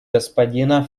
господина